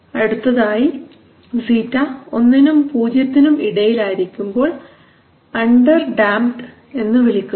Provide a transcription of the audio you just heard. അടുത്തതായി ആയി ξ 1 നും 0 ത്തിനും ഇടയിൽ ആയിരിക്കുമ്പോൾ അണ്ടർ ഡാംപ്ഡ് എന്നു വിളിക്കുന്നു